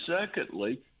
secondly